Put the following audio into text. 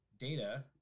data